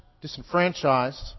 disenfranchised